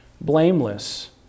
blameless